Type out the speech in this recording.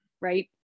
right